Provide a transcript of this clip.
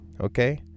Okay